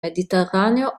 mediterraneo